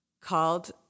called